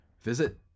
visit